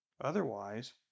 Otherwise